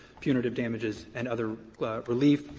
punitive damages, and other relief,